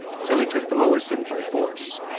so he took the lower city by force,